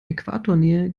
äquatornähe